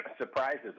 surprises